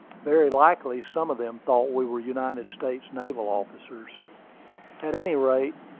very likely some of them thought we were united states naval officers at any rate,